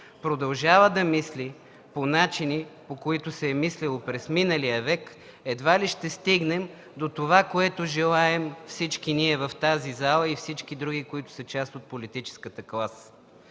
продължава да мисли по начини, по които се е мислело през миналия век, едва ли ще стигне до това, което желаем всички ние в тази зала и всички други, които са част от политическата класа,